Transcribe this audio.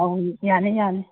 ꯑꯧ ꯌꯥꯅꯤ ꯌꯥꯅꯤ